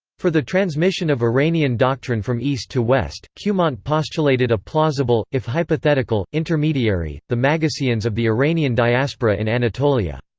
for the transmission of iranian doctrine from east to west, cumont postulated a plausible, if hypothetical, intermediary the magusaeans of the iranian diaspora in anatolia.